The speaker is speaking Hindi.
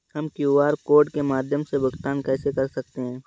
हम क्यू.आर कोड के माध्यम से भुगतान कैसे कर सकते हैं?